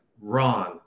Wrong